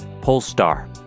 Polestar